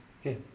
Okay